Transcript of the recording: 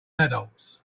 adults